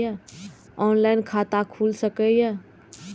Online खाता खुल सके ये?